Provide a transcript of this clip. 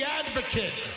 advocate